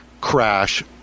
crash